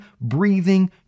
breathing